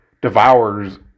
devours